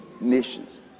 nations